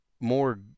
more